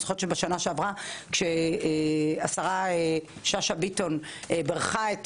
אני חושבת שבשנה שעברה כשהשרה שאשא ביטון בירכה את